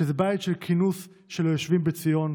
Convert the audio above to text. שזה בית של כינוס של היושבים בציון.